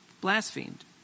blasphemed